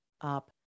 up